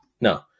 No